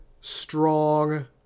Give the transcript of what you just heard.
strong